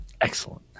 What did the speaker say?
Excellent